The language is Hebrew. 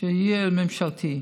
יהיה ממשלתי.